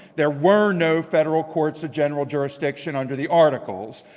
there were no federal courts of general jurisdiction under the articles.